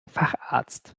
facharzt